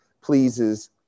pleases